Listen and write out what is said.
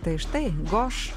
tai štai goš